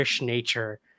nature